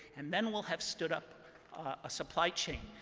and then we'll have stood up ah supply chain.